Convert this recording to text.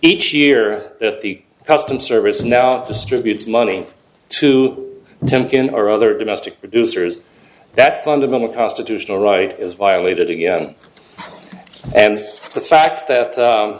each year that the customs service now distributes money to tempt in or other domestic producers that fundamental constitutional right is violated again and the fact that